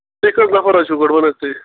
تُہۍ کٔژ نفر حظ چھُو گۄڈٕ وَن حظ تُہۍ